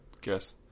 Guess